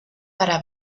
para